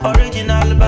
Original